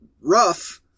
rough